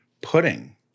pudding